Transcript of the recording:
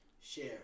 share